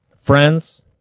friends